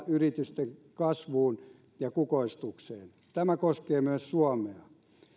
yritysten kasvuun ja kukoistukseen tämä koskee myös suomea